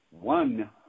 one